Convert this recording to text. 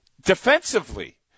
defensively